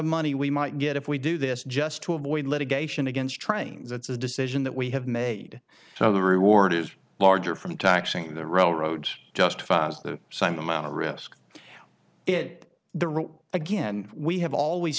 money we might get if we do this just to avoid litigation against training's that's a decision that we have made so the reward is larger from taxing the railroads just the same amount of risk it the rule again we have always